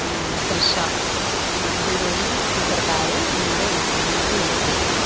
திரிஷா அந்த heroine super பேர்ரு அதனால் எனக்கு கில்லி மூவி ரொம்ப பிடிக்கும்